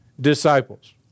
disciples